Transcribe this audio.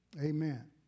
Amen